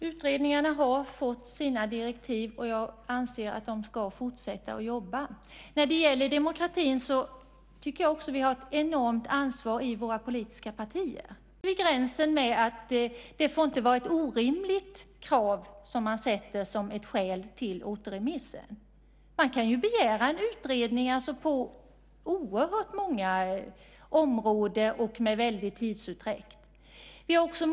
Herr talman! Var sätter vi gränsen då? Sätter vi gränsen genom att säga att skälet för återremissen inte får vara ett orimligt krav? Man kan ju begära utredningar på väldigt många områden, med en väldig tidsutdräkt som följd.